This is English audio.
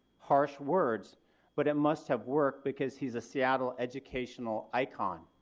harsh words but it must have worked because he is a seattle educational icon.